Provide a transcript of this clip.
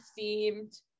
themed